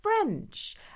French